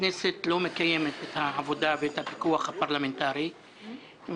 הכנסת לא מקיימת את העבודה ואת הפיקוח הפרלמנטרי ולכן,